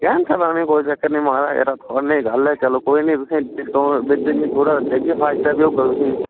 कैम्था लानै गी कोई चक्कर निं महाराज थहूड़ी नेईं गल्ल ऐ चलो कोई नी तुसें गी डिस्काउंट बिच्च इयां थोह्ड़ा जेहा देगे फायदा बी होगा तुसेंगी